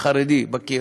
חרדי בקיר,